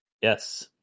Yes